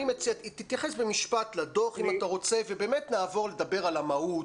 אני מציע שתתייחס במשפט לדוח אם אתה רוצה ובאמת נעבור לדבר על המהות,